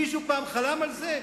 מישהו פעם חלם על זה?